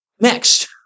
Next